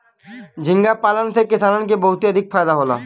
झींगा पालन से किसानन के बहुते अधिका फायदा होला